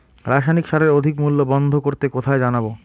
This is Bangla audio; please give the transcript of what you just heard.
রাসায়নিক সারের অধিক মূল্য বন্ধ করতে কোথায় জানাবো?